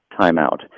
timeout